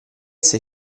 sei